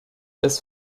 this